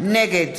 נגד